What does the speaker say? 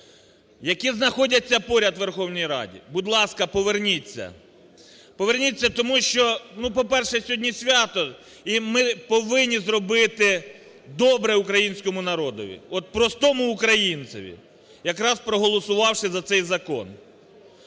які знаходяться поряд в Верховній Раді: будь ласка, поверніться! Поверніться тому, що… ну, по-перше, сьогодні свято, і ми повинні зробити добре українському народові, от простому українцеві, якраз проголосувавши за цей закон